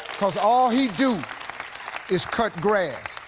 cause all he do is cut grass.